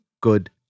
good